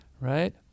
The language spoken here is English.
Right